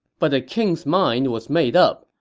but the king's mind was made up.